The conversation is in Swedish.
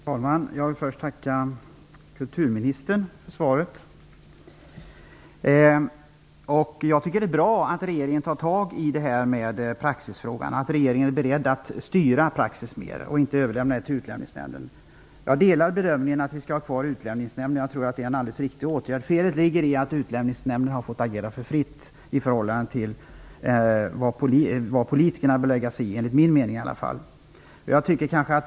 Fru talman! Jag vill först tacka kulturministern för svaret. Jag tycker att det är bra att regeringen tar tag i praxisfrågan och att regeringen är beredd att styra praxis mera i stället för att överlämna det till Utlänningsnämnden. Jag delar statsrådets bedömning att vi skall ha kvar Utlänningsnämnden. Jag tror att det är helt riktigt. Felet är att Utlänningsnämnden har fått agera för fritt i förhållande till vad politiker, enligt min mening, bör lägga sig i.